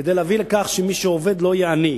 כדי להביא לכך שמי שעובד לא יהיה עני.